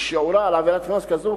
שיעורה של עבירת קנס כזאת,